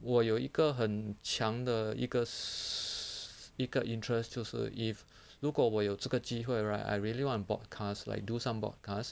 我有一个很强的一个一个 interests 就是 if 如果我有这个机会 right I really wanna broadcast like do some broadcasts